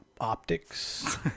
optics